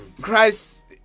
Christ